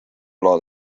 loo